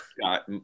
got